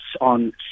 on